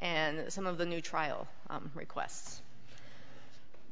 and some of the new trial requests